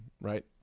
right